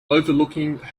overlooking